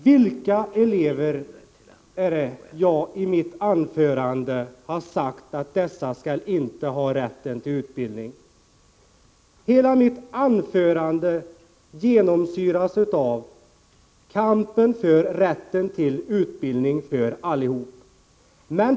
Herr talman! Vilka elever har jag sagt i mitt anförande skall inte ha rätt till utbildning? Hela mitt anförande genomsyrades av kampen för rätten till utbildning för alla.